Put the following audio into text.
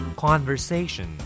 Conversation